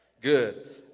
Good